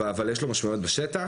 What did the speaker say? אבל יש לו משמעויות בשטח.